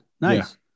nice